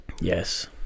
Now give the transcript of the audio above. Yes